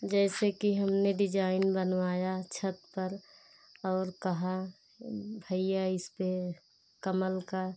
जैसे कि हमने डिजाईन बनवाया छत पर और कहा भैया इस पर कमल का